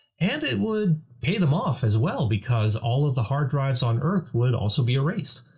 and it would pay them off as well because all of the hard drives on earth would also be erased.